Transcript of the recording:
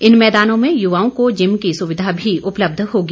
इन मैदानों में युवाओं को जिम की सुविधा भी उपलब्ध होगी